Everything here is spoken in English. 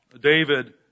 David